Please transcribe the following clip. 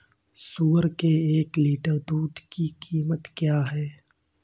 सुअर के एक लीटर दूध की कीमत क्या है?